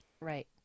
right